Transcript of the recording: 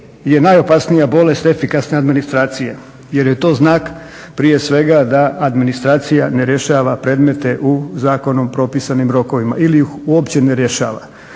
je najopasnija bolest efikasne administracije jer je to znak prije svega da administracija ne rješava predmete u zakonom propisanim rokovima ili ih uopće ne rješava